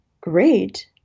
great